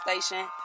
Station